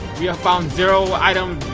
we have found zero item,